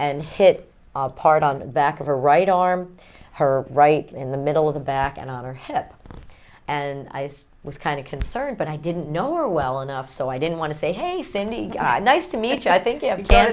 and hit a part on the back of her right arm her right in the middle of the back and on her head up and i was kind of concerned but i didn't know or well enough so i didn't want to say hey finney nice to meet you i think you have a ca